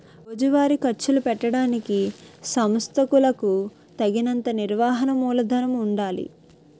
రోజువారీ ఖర్చులు పెట్టడానికి సంస్థలకులకు తగినంత నిర్వహణ మూలధనము ఉండాలి